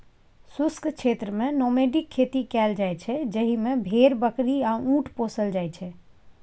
शुष्क क्षेत्रमे नामेडिक खेती कएल जाइत छै जाहि मे भेड़, बकरी आ उँट पोसल जाइ छै